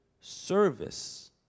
service